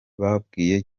babwiye